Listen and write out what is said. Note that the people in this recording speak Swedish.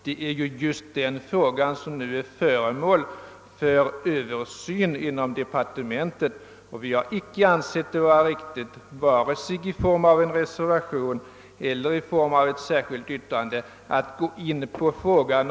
Det är ju den frågan som är föremål för översyn inom departementet, och vi har då inte anseit det riktigt att vare sig i en reservation eller i ett särskilt yttrande gå in på saken. '